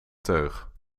teug